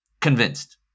Convinced